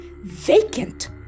vacant